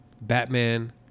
Batman